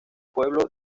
pueblo